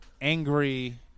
angry